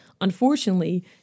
unfortunately